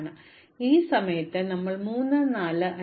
അതിനാൽ ഈ സമയത്ത് ഞങ്ങൾ 3 4 5